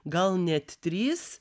gal net trys